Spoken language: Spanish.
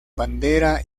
bandera